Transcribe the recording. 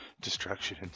Destruction